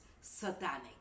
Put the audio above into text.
satanic